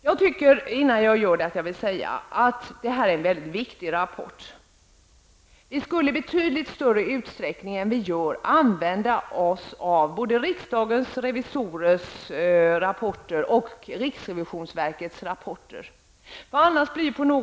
Jag tycker att rapporten är mycket viktig. Vi skulle i betydligt större utsträckning än vi nu gör använda oss både av riksdagens revisorers rapporter och av riksrevisionsverkets rapporter.